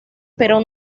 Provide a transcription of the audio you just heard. pero